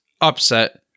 upset